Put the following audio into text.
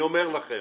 אני אומר לכם.